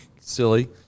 silly